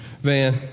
Van